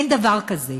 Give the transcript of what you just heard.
אין דבר כזה,